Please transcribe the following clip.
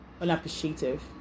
unappreciative